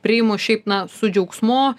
priimu šiaip na su džiaugsmu